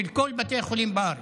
של כל בתי החולים בארץ.